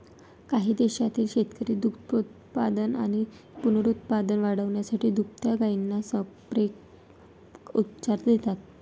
काही देशांतील शेतकरी दुग्धोत्पादन आणि पुनरुत्पादन वाढवण्यासाठी दुभत्या गायींना संप्रेरक उपचार देतात